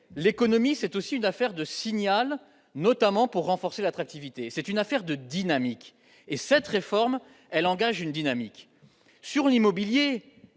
l'économie, c'est aussi une affaire de signal, notamment pour renforcer l'attractivité. C'est une affaire de dynamique. Et cette réforme engage une dynamique. Sur l'immobilier,